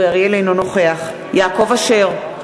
אינו נוכח יעקב אשר,